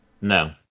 No